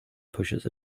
pushes